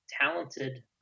talented